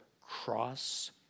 cross